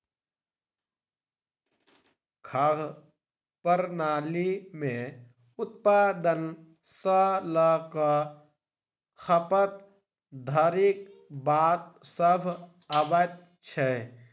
खाद्य प्रणाली मे उत्पादन सॅ ल क खपत धरिक बात सभ अबैत छै